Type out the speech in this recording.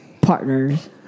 partner's